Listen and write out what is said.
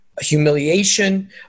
humiliation